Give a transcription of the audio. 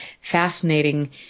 fascinating